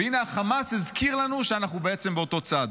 והינה, החמאס הזכיר לנו שאנחנו בעצם באותו צד.